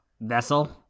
vessel